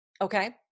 Okay